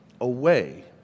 away